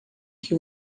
que